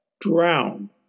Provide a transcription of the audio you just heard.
drown